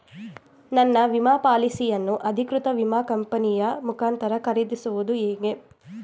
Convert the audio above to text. ನನ್ನ ವಿಮಾ ಪಾಲಿಸಿಯನ್ನು ಅಧಿಕೃತ ವಿಮಾ ಕಂಪನಿಯ ಮುಖಾಂತರ ಖರೀದಿಸುವುದು ಹೇಗೆ?